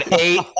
eight